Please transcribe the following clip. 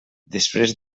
després